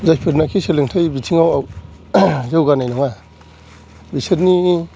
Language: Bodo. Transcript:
जायफोरनाखि सोलोंथाइ बिथिंआव जौगानाय नङा बिसोरनि